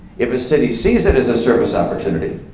if a city sees it as a service opportunity,